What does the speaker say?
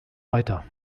weiter